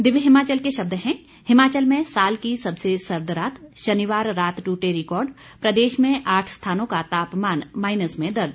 दिव्य हिमाचल के शब्द हैं हिमाचल में साल की सबसे सर्द रात शनिवार रात टूटे रिकॉर्ड प्रदेश में आठ स्थानों का तापमान माइनस में दर्ज